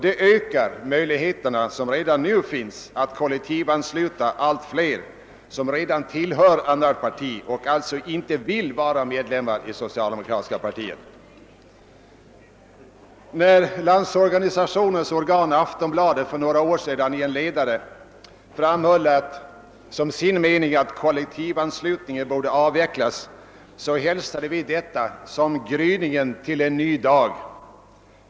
Detta ökar de möjligheter som hittills funnits att kollektivansluta allt fler som redan tillhör annat parti och alltså inte vill vara medlemmar i socialdemokratiska partiet. När Landsorganisationens organ Aftonbladet för några år sedan i en ledare framhöll som sin mening att kollektivanslutningen borde avvecklas, hälsade vi detta som gryningen till en ny dag.